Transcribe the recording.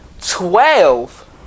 Twelve